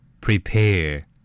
prepare